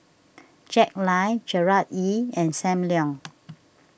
Jack Lai Gerard Ee and Sam Leong